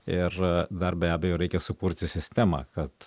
ir dar be abejo reikia sukurti sistemą kad